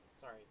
Sorry